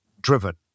driven